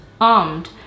armed